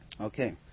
Okay